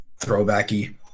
throwbacky